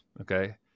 Okay